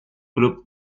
club